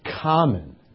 common